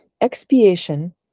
Expiation